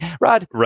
Rod